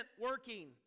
working